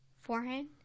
Forehand